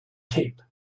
tape